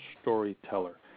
storyteller